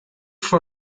for